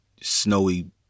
snowy